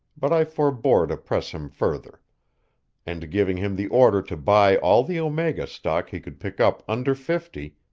but i forbore to press him further and giving him the order to buy all the omega stock he could pick up under fifty,